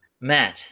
Matt